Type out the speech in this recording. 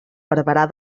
barberà